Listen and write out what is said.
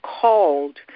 called